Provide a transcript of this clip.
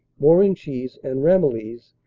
morenchies and ramillies,